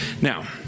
Now